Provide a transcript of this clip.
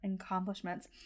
accomplishments